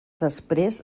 després